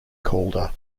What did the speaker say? calder